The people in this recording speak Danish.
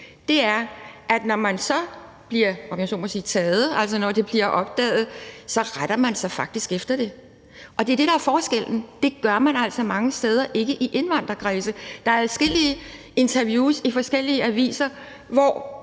om jeg så må sige – bliver taget, altså når det bliver opdaget, så faktisk retter sig efter det. Det er det, der er forskellen, og det gør man altså mange steder ikke i indvandrerkredse. Der er adskillige interviews i forskellige aviser, hvor